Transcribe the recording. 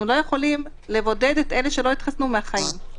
לא יכולים לבודד את אלה שלא התחסנו מהחיים.